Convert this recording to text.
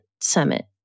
Summit